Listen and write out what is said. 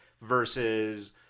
versus